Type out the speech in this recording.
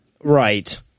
Right